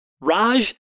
Raj